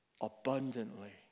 Abundantly